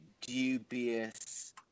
dubious